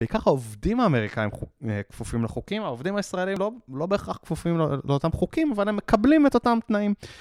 וככה עובדים האמריקאים כפופים לחוקים, העובדים הישראלים לא בהכרח כפופים לאותם חוקים, אבל הם מקבלים את אותם תנאים.